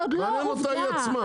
מעניין אותה היא עצמה.